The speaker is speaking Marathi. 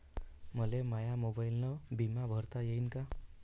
मले माया मोबाईलनं बिमा भरता येईन का?